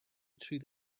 through